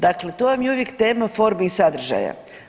Dakle, to vam je uvijek tema forme i sadržaja.